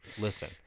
listen